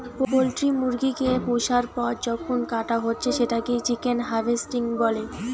poultry মুরগি কে পুষার পর যখন কাটা হচ্ছে সেটাকে চিকেন হার্ভেস্টিং বলে